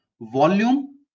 volume